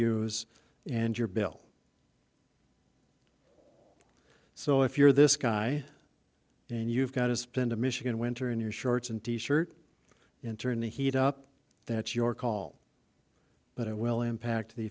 use and your bill so if you're this guy and you've got to spend a michigan winter in your shorts and t shirt in turn the heat up that's your call but it will impact the